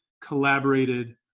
collaborated